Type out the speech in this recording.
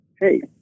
hey